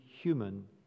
human